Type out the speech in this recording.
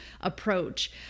approach